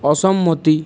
অসম্মতি